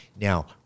Now